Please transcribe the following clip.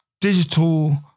Digital